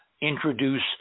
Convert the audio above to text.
introduce